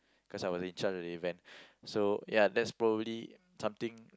cause I was in charge of the event so ya that's probably something